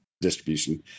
distribution